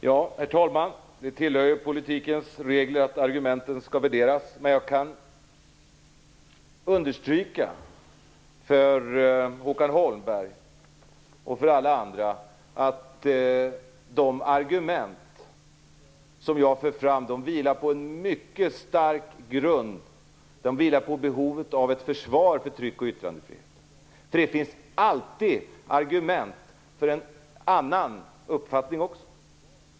Herr talman! Det tillhör politikens regler att argumenten skall värderas. Men jag kan understryka för Håkan Holmberg och för alla andra att de argument som jag för fram vilar på en mycket stark grund. De vilar på behovet av ett försvar för tryck och yttrandefriheten. Det finns alltid argument för en annan uppfattning.